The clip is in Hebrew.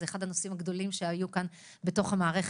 זה אחד הנושאים הגדולים שהיו כאן בתוך המערכת.